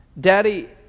Daddy